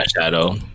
shadow